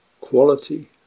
quality